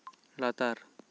ᱞᱟᱛᱟᱨ